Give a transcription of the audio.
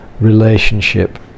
relationship